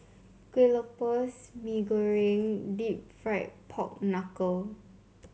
Kueh Lopes Mee Goreng deep fried Pork Knuckle